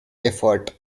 effort